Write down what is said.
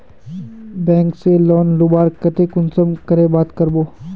Bank से loan लुबार केते कुंसम करे बात करबो?